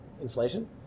inflation